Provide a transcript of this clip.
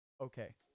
okay